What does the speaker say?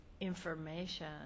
information